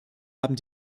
haben